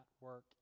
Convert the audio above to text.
work